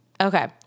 Okay